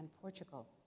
Portugal